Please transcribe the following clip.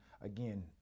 again